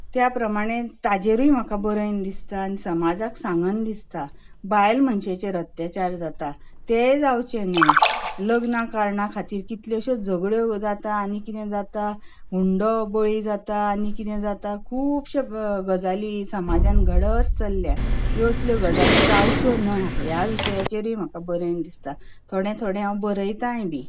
त्या प्रमाणें ताचेरूय म्हाका बरयन दिसता आनी समाजाक सांगन दिसता बायल मनशेचेर अत्याचार जाता तेय जावचें न्हय लग्ना कारणां खातीर कितल्योश्योच झगड्यो जाता आनीक कितें जाता हुंडो बळी जाता आनीक कितें जाता खुबशो गजाली समाजांत घडत चलल्यात ह्यो असल्यो गजाली जावच्यो न्हय ह्या विशयाचेरूय म्हाका बरयन दिसता थोडें थोडें हांव बरयतांय बी